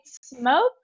smoke